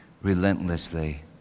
Relentlessly